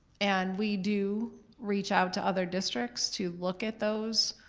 and we do reach out to other districts to look at those